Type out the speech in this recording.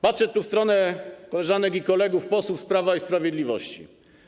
Patrzę tu w stronę koleżanek i kolegów posłów z Prawa i Sprawiedliwości.